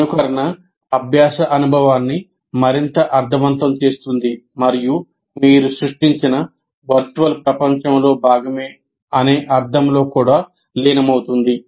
అనుకరణ అభ్యాస అనుభవాన్ని మరింత అర్ధవంతం చేస్తుంది మరియు మీరు సృష్టించిన వర్చువల్ ప్రపంచంలో భాగమే అనే అర్థంలో కూడా లీనమవుతుంది